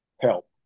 help